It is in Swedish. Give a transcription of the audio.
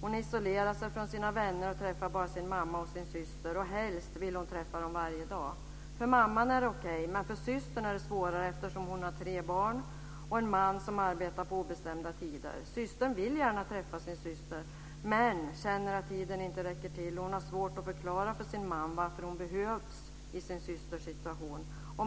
Hon isolerar sig från sina vänner och träffar bara sin mamma och sin syster. Helst vill hon träffa dem varje dag. För mamman är det okej, men för systern är det svårare eftersom hon har tre barn och en man som arbetar på obestämda tider. Systern vill gärna träffa sin syster, men känner att tiden inte räcker till, och hon har svårt att förklara för sin man varför hon behövs i sin systers situation.